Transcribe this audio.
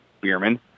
Bierman